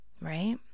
right